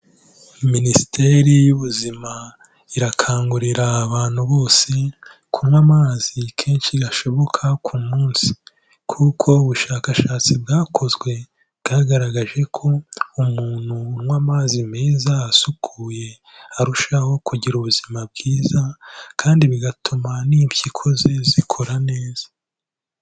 Minisiteri y'Ubuzima, irakangurira abantu bose kunywa amazi kenshi gashoboka ku munsi kuko ubushakashatsi bwakozwe, bwagaragaje ko umuntu unywa amazi meza asukuye, arushaho kugira ubuzima bwiza kandi bigatuma n'impyiko ze zikora neza.